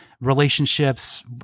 relationships